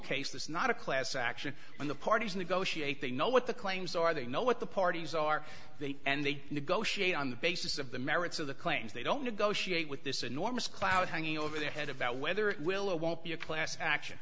case that's not a class action on the parties negotiate they know what the claims are they know what the parties are they and they negotiate on the basis of the merits of the claims they don't negotiate with this enormous cloud hanging over their head about whether it will or won't be a class action